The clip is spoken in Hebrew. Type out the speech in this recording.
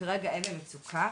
שכרגע הן במצוקה,